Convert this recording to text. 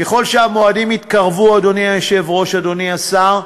ככל שהמועדים יתקרבו, אדוני היושב-ראש, אדוני השר,